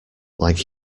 like